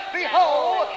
behold